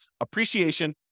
appreciation